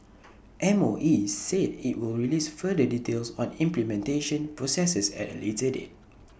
M O E said IT will release further details on implementation processes at A later date